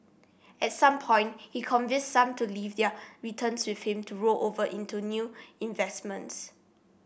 at some point he convinced some to leave their returns with him to roll over into new investments